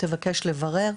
תבקש לברר,